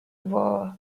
vaud